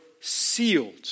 sealed